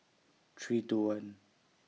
three two one